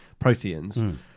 protheans